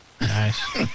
Nice